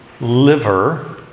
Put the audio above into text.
liver